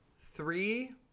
three